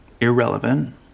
irrelevant